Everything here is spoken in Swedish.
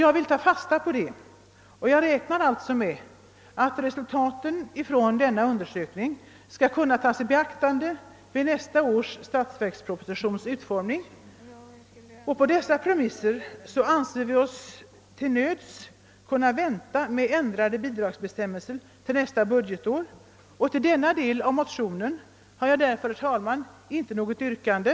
Jag vill ta fasta på detta uttalande och hoppas alltså att resultaten av denna undersökning skall kunna tas i beaktande vid utformningen av nästa års statsverksproposition. Utifrån dessa premisser anser vi oss till nöds kunna vänta med ändrade bidragsbestämmelser till nästa budgetår, och beträffande den del av motionen som behandlas under punkt 11 har jag därför, herr talman, inte något yrkande.